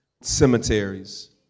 cemeteries